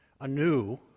anew